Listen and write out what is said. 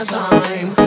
time